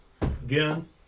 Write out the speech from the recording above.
again